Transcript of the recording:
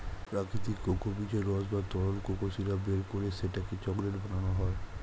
প্রাকৃতিক কোকো বীজের রস বা তরল কোকো সিরাপ বের করে সেটাকে চকলেট বানানো হয়